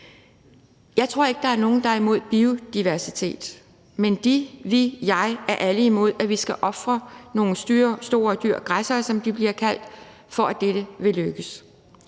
Jeg tror ikke, der er nogen, der er imod biodiversitet, men de/vi/jeg er alle imod, at vi skal ofre nogle store dyr – græssere, som de bliver kaldt – for at det kan lykkes